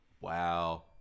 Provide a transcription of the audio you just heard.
Wow